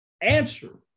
answer